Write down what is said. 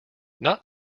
not